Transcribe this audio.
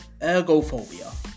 ergophobia